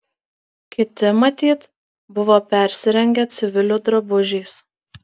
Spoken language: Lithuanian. kiti matyt buvo persirengę civilių drabužiais